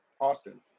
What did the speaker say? Austin